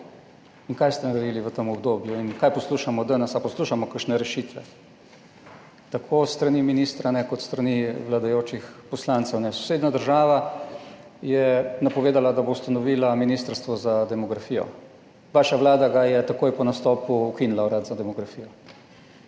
in kaj ste naredili v tem obdobju in kaj poslušamo danes? Ali poslušamo kakšne rešitve? Tako s strani ministra, kot s strani vladajočih poslancev. Sosednja država je napovedala, da bo ustanovila Ministrstvo za demografijo. Vaša vlada ga je takoj po nastopu ukinila, Urad za demografijo.